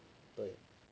对